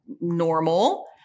normal